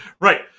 Right